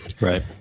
right